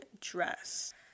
dress